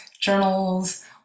journals